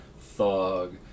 thug